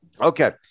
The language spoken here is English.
Okay